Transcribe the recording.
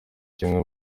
kimwe